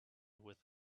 with